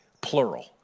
plural